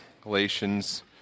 Galatians